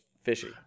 fishy